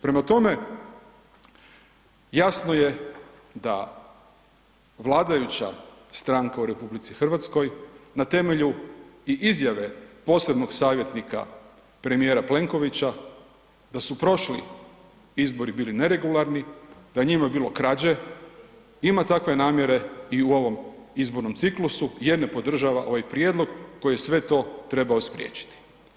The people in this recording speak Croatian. Prema tome, jasno je da vladajuća stranka u RH na temelju i izjave posebnog savjetnika premijera Plenkovića da su prošli izbori bili neregularni, da je u njima bilo krađe, ima takve namjere i u ovom izbornom ciklusu jer ne podržava ovaj prijedlog koji je sve to trebao spriječiti.